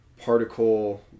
particle